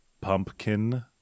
Pumpkin